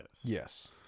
yes